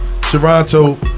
Toronto